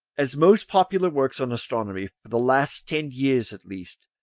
as most popular works on astronomy for the last ten years at least,